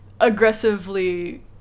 aggressively